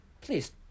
please